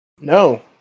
No